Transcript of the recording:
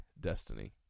destiny